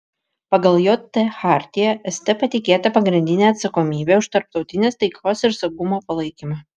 pagal jt chartiją st patikėta pagrindinė atsakomybė už tarptautinės taikos ir saugumo palaikymą